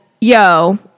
yo